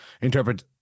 interpret